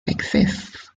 exists